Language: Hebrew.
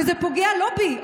וזה פוגע לא בי,